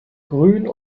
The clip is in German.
grün